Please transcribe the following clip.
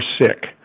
sick